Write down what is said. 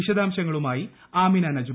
വിശദാംശങ്ങളുമായി ആമിന നജുമ